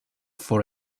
for